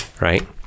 right